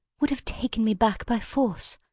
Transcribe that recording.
would have taken me back by force.